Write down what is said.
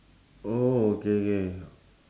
oh okay K